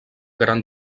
gran